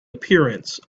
appearance